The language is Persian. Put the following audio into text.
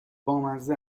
بامزه